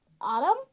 Autumn